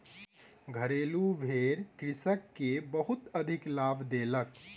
घरेलु भेड़ कृषक के बहुत अधिक लाभ देलक